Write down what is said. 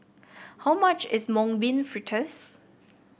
how much is Mung Bean Fritters